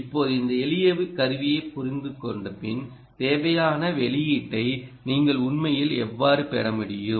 இப்போது இந்த எளிய கருவியைப் புரிந்துகொண்ட பின் தேவையான வெளியீட்டை நீங்கள் உண்மையில் எவ்வாறு பெற முடியும்